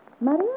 Maria